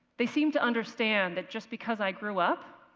they seemed to understand that just because i grew up,